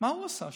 מה הוא עשה שם?